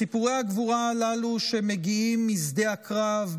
סיפורי הגבורה הללו שמגיעים משדה הקרב,